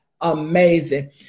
amazing